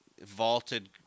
vaulted